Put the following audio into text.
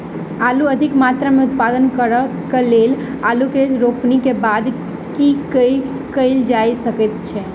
आलु अधिक मात्रा मे उत्पादन करऽ केँ लेल आलु केँ रोपनी केँ बाद की केँ कैल जाय सकैत अछि?